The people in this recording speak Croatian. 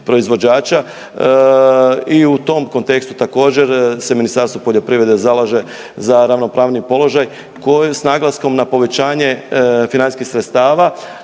i u tom kontekstu također se Ministarstvo poljoprivrede zalaže za ravnopravniji položaj koji s naglaskom na povećanje financijskih sredstava